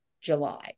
July